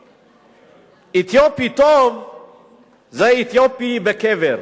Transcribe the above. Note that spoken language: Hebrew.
אתיופי טוב זה אתיופי בקבר.